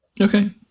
Okay